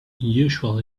unusual